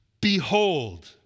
Behold